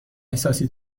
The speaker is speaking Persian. احساسی